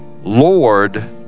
Lord